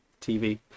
TV